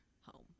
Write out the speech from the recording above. home